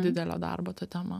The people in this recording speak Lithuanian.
didelio darbo ta tema